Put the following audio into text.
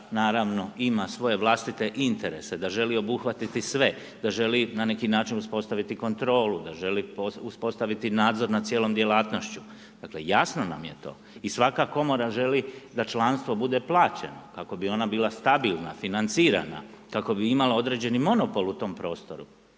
naravno ima svoje vlastite interese, da želi obuhvatiti sve, da želi na neki način uspostaviti kontrolu da želi uspostaviti nadzor nad cijelom djelatnošću, dakle jasno nam je to i svaka komora želi da članstvo bude plaćeno kako bi ona bila stabilna, financirana, kako bi imala određeni monopol u tom prostoru,